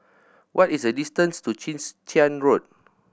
what is the distance to Chwee Chian Road